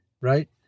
right